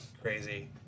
crazy